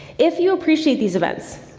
if you appreciate these events,